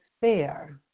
fair